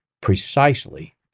precisely